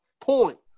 point